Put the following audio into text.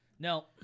No